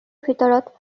ভিতৰত